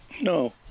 no